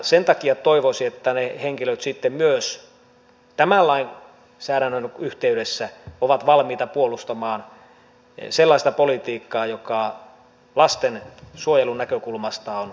sen takia toivoisin että ne henkilöt sitten myös tämän lainsäädännön yhteydessä ovat valmiita puolustamaan sellaista politiikkaa joka lastensuojelun näkökulmasta on edistyksellistä